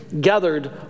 gathered